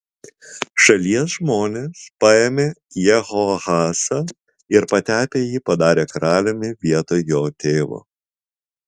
šalies žmonės paėmė jehoahazą ir patepę jį padarė karaliumi vietoj jo tėvo